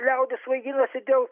liaudis svaiginasi dėl